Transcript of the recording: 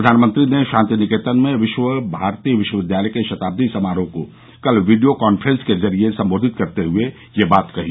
प्रधानमंत्री ने शांति निकेतन में विश्व भारती विश्वविद्यालय के शताब्दी समारोह को कल वीडियो कॉन्फ्रेंस के जरिए संबोधित करते हुए यह बात कही